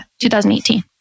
2018